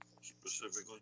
specifically